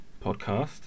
podcast